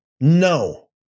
no